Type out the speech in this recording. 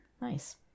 Nice